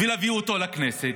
להביא אותו לכנסת,